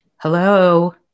Hello